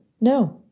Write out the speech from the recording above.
No